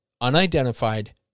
unidentified